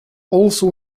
also